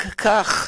רק כך,